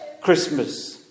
Christmas